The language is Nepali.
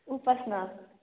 उपासना